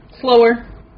slower